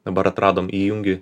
dabar atradom įjungi